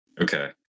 Okay